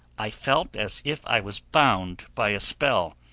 i felt as if i was bound by a spell,